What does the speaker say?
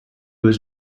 was